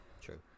true